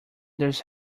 there’s